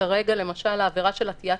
שכרגע למשל העבירה של עטיית